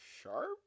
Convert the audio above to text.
Sharp